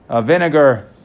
vinegar